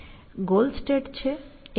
goal state છે A B પર છે અને B C પર છે